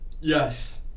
Yes